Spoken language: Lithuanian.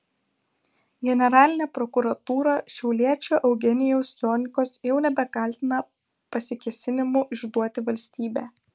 generalinė prokuratūra šiauliečio eugenijaus jonikos jau nebekaltina pasikėsinimu išduoti valstybę